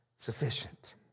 Sufficient